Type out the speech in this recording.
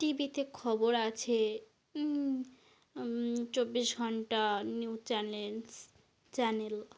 টিভিতে খবর আছে চব্বিশ ঘন্টা নিউ চ্যানেলস চ্যানেল